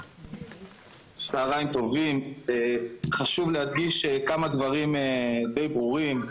צוהריים טובים, חשוב להדגיש כמה דברים די ברורים,